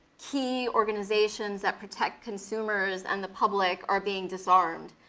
key organizations that protect consumers and the public are being disarmed,